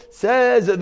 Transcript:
says